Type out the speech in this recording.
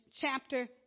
chapter